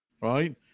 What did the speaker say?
Right